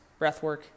breathwork